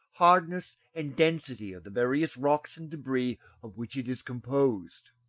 hardness, and density of the various rocks and debris of which it is composed.